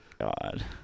God